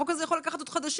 החוק הזה יכול לקחת חודשים.